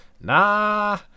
nah